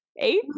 eight